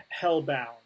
hellbound